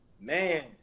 man